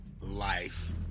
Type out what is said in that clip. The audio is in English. life